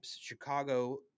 Chicago